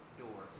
door